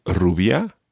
rubia